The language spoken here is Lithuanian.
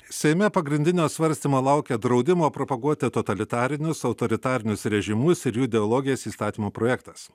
seime pagrindinio svarstymo laukia draudimo propaguoti totalitarinius autoritarinius režimus ir jų ideologijas įstatymo projektas